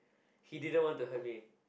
he didn't want to hurt me